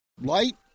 light